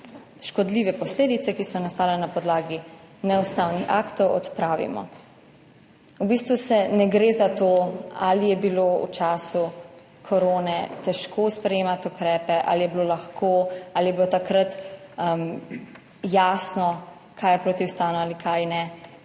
škodljive posledice, ki so nastale na podlagi neustavnih aktov, odpravimo. V bistvu ne gre za to, ali je bilo v času korone težko sprejemati ukrepe ali je bilo lahko, ali je bilo takrat jasno, kaj je protiustavno, ali kaj ne.